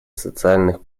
социальных